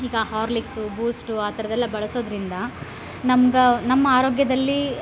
ಈಗ Horlicks Boost ಆ ತರದೆಲ್ಲ ಬಳ್ಸೋದರಿಂದ ನಮ್ಗ ನಮ್ಮ ಆರೋಗ್ಯದಲ್ಲಿ